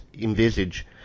envisage